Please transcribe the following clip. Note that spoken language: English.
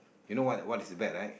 you know what what is a bet right